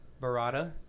Barada